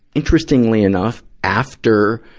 interestingly enough, after,